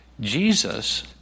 Jesus